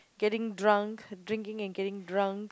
getting drunk drinking and getting drunk